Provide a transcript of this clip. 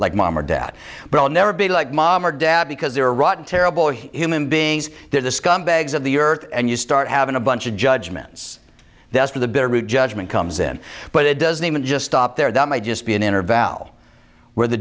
like mom or dad but i'll never be like mom or dad because they're rotten terrible himym beings they're the scumbags of the earth and you start having a bunch of judgments that's for the better route judgment comes in but it doesn't even just stop there that might just be an inner valve where the